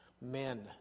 men